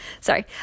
sorry